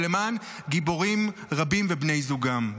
ולמען גיבורים רבים ובני זוגם,